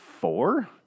Four